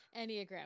Enneagram